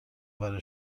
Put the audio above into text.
برای